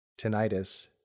tinnitus